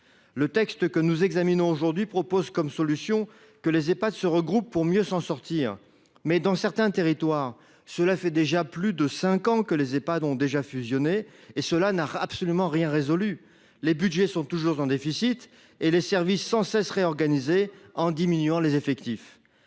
du texte que nous examinons aujourd’hui, il nous est proposé comme solution que les Ehpad se regroupent pour mieux s’en sortir, mais, dans certains territoires, cela fait déjà plus de cinq ans que ces établissements ont fusionné et cela n’a absolument rien résolu ! Les budgets sont toujours en déficit et les services sont sans cesse réorganisés, avec des diminutions d’effectifs.